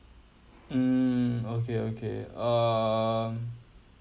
mm okay okay um